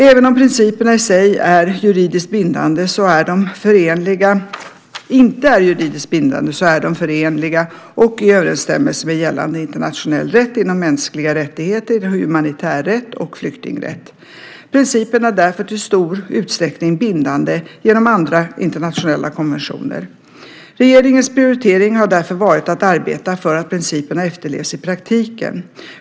Även om principerna i sig inte är juridiskt bindande så är de förenliga och i överensstämmelse med gällande internationell rätt inom mänskliga rättigheter, humanitärrätt och flyktingrätt. Principerna är därför i stor utsträckning bindande genom andra internationella konventioner. Regeringens prioritering har därför varit att arbeta för att principerna efterlevs i praktiken.